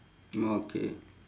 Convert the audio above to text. okay